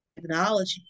technology